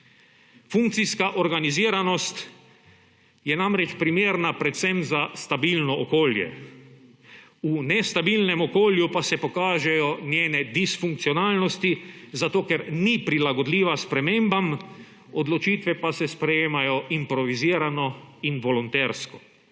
Funkcijska organiziranost je namreč primerna predvsem za stabilno okolje. V nestabilnem okolju pa se pokažejo njene disfunkcionalnosti, zato ker ni prilagodljiva spremembam, odločitve pa se sprejemajo improvizirano in volontersko.